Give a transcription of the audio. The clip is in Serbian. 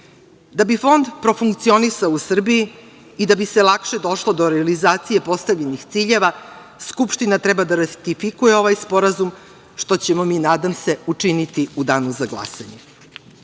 bi Fond profunkcionisao u Srbiji i da bi se lakše došlo do realizacije postavljenih ciljeva, Skupština treba da ratifikuje ovaj sporazum, što ćemo mi, nadam se, učiniti u danu za glasanje. Treći